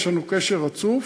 יש לנו קשר רצוף,